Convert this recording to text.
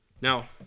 Now